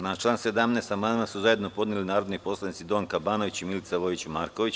Na član 17. amandman su zajedno podneli narodni poslanici Donka Banović i Milica Vojić Marković.